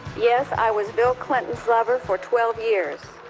yes, i was bill clinton's lover for twelve years.